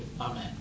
Amen